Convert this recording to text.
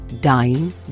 dying